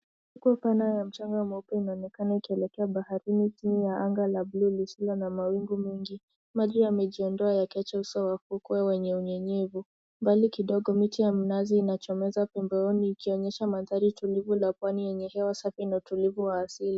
upepo na mchanga Mweupe unaonekana akielekea baharini chini ya anga la blue likiwa na Mawingu mwingi Maji yamejiondoa yakiaja usawa wa up Na yenye anyenyevu mbali kidogo kuna mti ya mnazi unaochomoza pembeni ikionyesha mandhari mtulivu ia pwani lenye hawa safi Ienya utulivu wa asili.